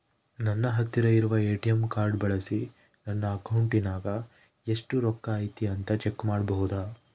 ನನ್ನ ಹತ್ತಿರ ಇರುವ ಎ.ಟಿ.ಎಂ ಕಾರ್ಡ್ ಬಳಿಸಿ ನನ್ನ ಅಕೌಂಟಿನಾಗ ಎಷ್ಟು ರೊಕ್ಕ ಐತಿ ಅಂತಾ ಚೆಕ್ ಮಾಡಬಹುದಾ?